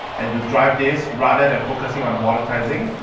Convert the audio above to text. and to drive this, rather than focusing on the monetizing,